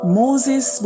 moses